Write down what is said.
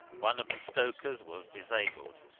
one of the stokers was disabled,